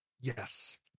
Yes